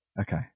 Okay